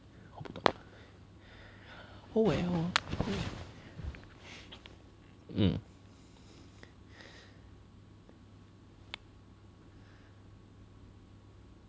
我不懂 oh well